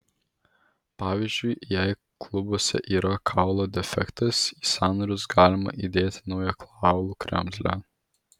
pavyzdžiui jei klubuose yra kaulo defektas į sąnarius galima įdėti naują kaulų kremzlę